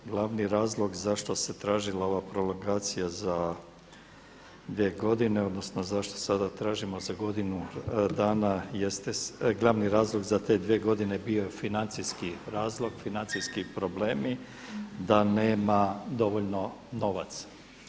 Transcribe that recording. Glavni razlog zašto se tražila ova prolongacija za dvije godine, odnosno zašto sada tražimo za godinu dana jeste glavni razlog za te dvije godine bio financijski razlog, financijski problemi da nema dovoljno novaca.